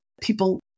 people